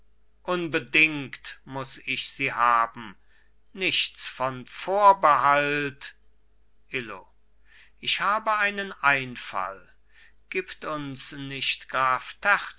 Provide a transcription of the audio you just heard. unbedingt muß ich sie haben nichts von vorbehalt illo ich habe einen einfall gibt uns nicht graf